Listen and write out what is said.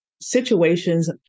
situations